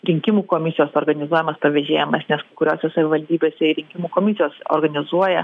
rinkimų komisijos organizuojamas pavėžėjimas nes kai kuriose savivaldybėse ir rinkimų komisijos organizuoja